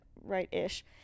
right-ish